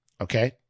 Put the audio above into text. Okay